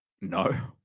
No